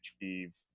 achieve